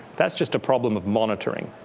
that's just a problem of monitoring.